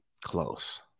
close